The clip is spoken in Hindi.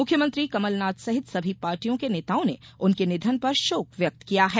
मुख्यमंत्री कमलनाथ सहित सभी पार्टियों के नेताओं ने उनके निधन पर शोक व्यक्त किया है